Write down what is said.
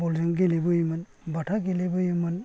बल जों गेलेबोयोमोन बाथा गेलेबोयोमोन